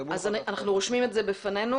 אז אנחנו רושמים את זה בפנינו,